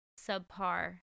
subpar